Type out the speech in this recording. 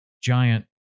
giant